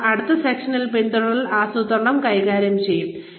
ഞങ്ങൾ അടുത്ത സെഷനിൽ പിന്തുടരൽ ആസൂത്രണം കൈകാര്യം ചെയ്യും